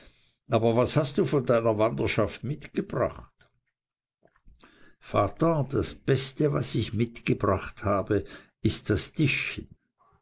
aber was hast du von deiner wanderschaft mitgebracht vater das beste was ich mitgebracht habe ist das